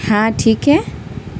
ہاں ٹھیک ہے